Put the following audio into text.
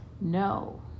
No